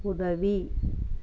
உதவி